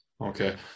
Okay